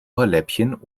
ohrläppchen